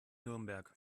nürnberg